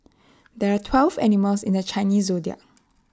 there are twelve animals in the Chinese Zodiac